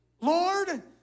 Lord